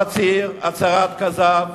המצהיר הצהרת כזב